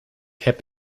heb